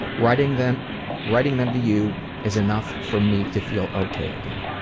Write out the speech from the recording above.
writing them writing them to you is enough for me to feel okay again.